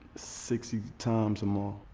sixty times or more.